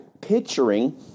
picturing